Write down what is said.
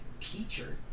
teacher